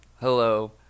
hello